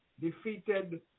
defeated